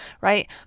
right